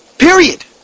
Period